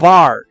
Bar